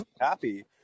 happy